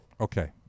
okay